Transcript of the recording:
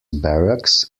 barracks